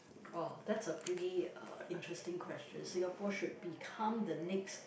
!wah! that's a pretty uh interesting question Singapore should become the next